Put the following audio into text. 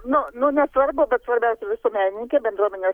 nu nu nesvarbu bet svarbiausia visuomenininkė bendruomenė